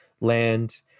land